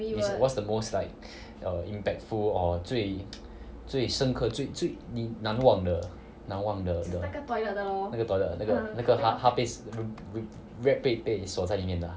is what's the most like err impactful or 最 最深刻最最你难忘的难忘的那个 toilet 的那个她她被 rab 被被锁在里面的啊